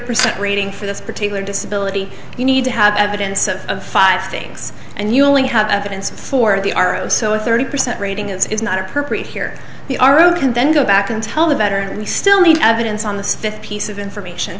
percent rating for this particular disability you need to have evidence of five things and you only have evidence for the are oh so thirty percent rating it's not appropriate here the r o can then go back and tell the better we still need evidence on this fifth piece of information